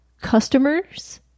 customers